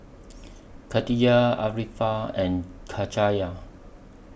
Katijah Arifa and Cahaya